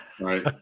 right